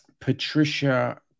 Patricia